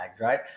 right